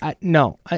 No